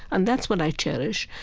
and that's what i cherish.